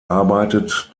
arbeitet